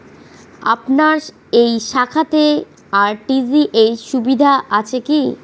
আপনার এই শাখাতে আর.টি.জি.এস সুবিধা আছে কি?